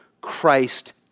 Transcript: Christ